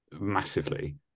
massively